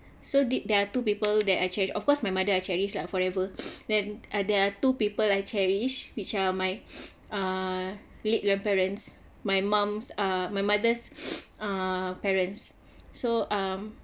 so did there are two people that I cherish of course my mother I cherish lah forever then there are two people I cherish which are my uh late grandparents my mum's uh my mother's uh parents so um